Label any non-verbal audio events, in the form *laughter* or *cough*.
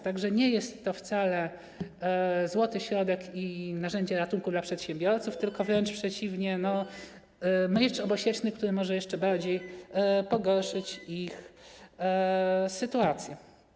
Tak że nie jest to wcale złoty środek i narzędzie ratunku dla przedsiębiorców, *noise* wręcz przeciwnie, to miecz obosieczny, który może jeszcze bardziej pogorszyć ich sytuację.